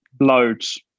loads